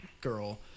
girl